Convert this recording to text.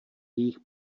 jejich